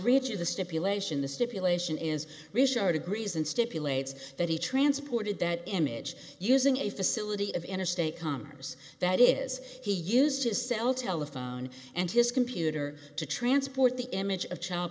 read you the stipulation the stipulation is restarted reason stipulates that he transported that image using a facility of interstate commerce that is he used his cell telephone and his computer to transport the image of child